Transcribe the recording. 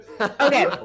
Okay